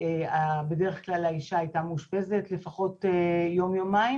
שבדרך כלל האישה הייתה מאושפזת לפחות יום או יומיים